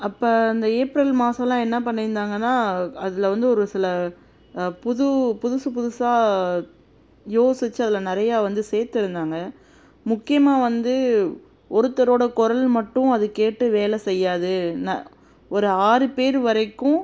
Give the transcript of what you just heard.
அப்போ அந்த ஏப்ரல் மாதம்லாம் என்ன பண்ணியிருந்தாங்கன்னா அதில் வந்து ஒரு சில புது புதுசு புதுசாக யோசித்து அதில் நிறையா வந்து சேர்த்துருந்தாங்க முக்கியமாக வந்து ஒருத்தரோடய குரல் மட்டும் அது கேட்டு வேலை செய்யாது ந ஒரு ஆறு பேர் வரைக்கும்